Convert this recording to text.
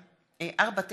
מרב מיכאלי,